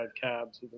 cabs